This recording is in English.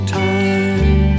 time